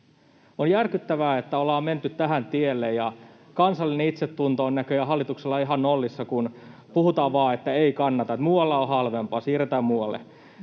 On järkyttävää, että ollaan menty tälle tielle, ja kansallinen itsetunto on näköjään hallituksella ihan nollissa, kun puhutaan vain, että ei kannata, muualla on halvempaa, siirretään muualle.